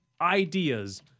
ideas